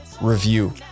review